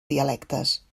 dialectes